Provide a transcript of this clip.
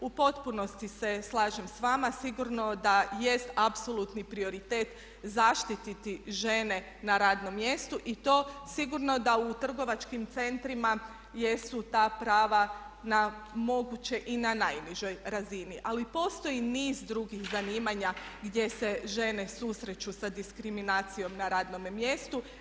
U potpunosti se slažem s vama, sigurno da jest apsolutni prioritet zaštiti žene na radnom mjestu i to sigurno da u trgovačkim centrima jesu ta prava moguće i na najnižoj razini ali postoji niz drugih zanimanja gdje se žene susreću sa diskriminacijom na radnome mjestu.